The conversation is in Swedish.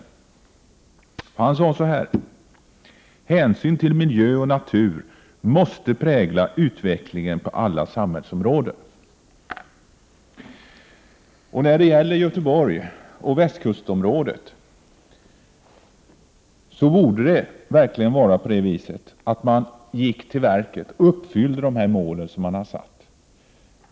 Han sade bl.a. så här: ”Hänsynen till miljö och natur måste prägla utvecklingen på alla samhällsområden.” När det gäller Göteborg och västkustområdet borde det verkligen vara så att man gick till verket och uppfyllde de mål som man satt upp.